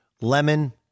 lemon